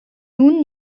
nun